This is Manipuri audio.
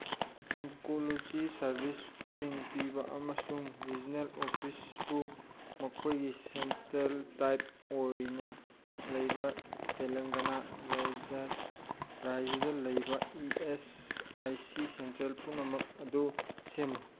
ꯑꯣꯟꯀꯣꯂꯣꯖꯤ ꯁꯔꯚꯤꯁꯁꯤꯡ ꯄꯤꯕ ꯑꯃꯁꯨꯡ ꯔꯤꯖꯅꯦꯜ ꯑꯣꯐꯤꯁꯄꯨ ꯃꯈꯣꯏꯒꯤ ꯁꯦꯟꯇ꯭ꯔꯦꯜ ꯇꯥꯏꯞ ꯑꯣꯏꯅ ꯂꯩꯕ ꯇꯦꯂꯪꯒꯅꯥ ꯔꯥꯏꯖ꯭ꯌꯗ ꯂꯩꯕ E S I C centre ꯄꯨꯝꯅꯃꯛ ꯑꯗꯨ ꯁꯦꯝꯃꯨ